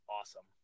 awesome